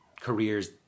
careers